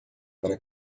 para